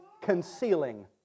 concealing